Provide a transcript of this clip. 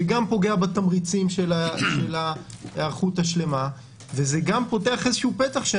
גם פוגע בתמריצים של ההיערכות השלמה וגם פותח פתח,